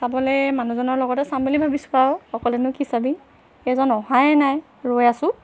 চাবলৈ মানুহজনৰ লগতে চাম বুলি ভাবিছোঁ আৰু অকলেনো কি চাবি এইজন অহাই নাই ৰৈ আছোঁ